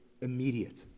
immediate